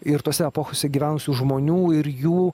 ir tose epochose gyvenusių žmonių ir jų